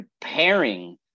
preparing